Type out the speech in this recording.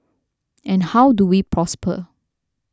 and how do we prosper